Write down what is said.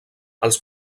els